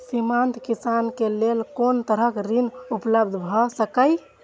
सीमांत किसान के लेल कोन तरहक ऋण उपलब्ध भ सकेया?